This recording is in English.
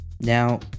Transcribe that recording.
Now